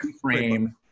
frame